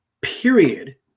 period